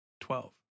twelve